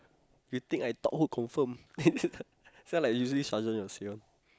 you think I thought who confirm this one like usually sergeant will say [one]